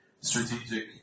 strategic